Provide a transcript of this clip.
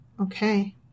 Okay